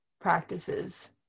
practices